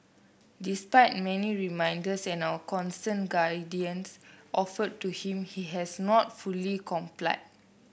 despite many reminders and our constant guidance offered to him he has not fully complied